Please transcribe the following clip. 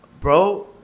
bro